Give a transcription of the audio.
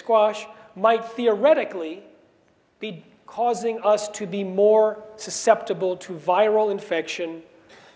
squash might fear radically be causing us to be more susceptible to viral infection